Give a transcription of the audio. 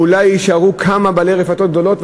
אולי יישארו כמה בעלי רפתות גדולות,